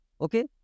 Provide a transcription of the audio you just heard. okay